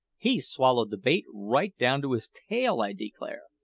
he's swallowed the bait right down to his tail, i declare!